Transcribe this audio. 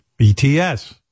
BTS